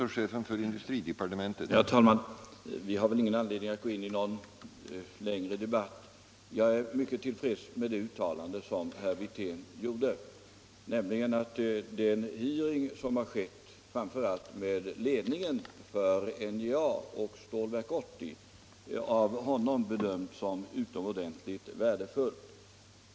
Herr talman! Vi har väl ingen anledning att gå in i någon längre debatt. Jag är mycket till freds med det uttalande som herr Wirtén gjort, nämligen att den hearing som hållits framför allt med ledningen för NJA och Stålverk 80 av honom bedömts som utomordentligt värdefull.